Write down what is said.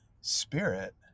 spirit